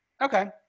Okay